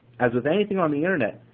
as with anything on the internet,